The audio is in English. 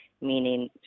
meaning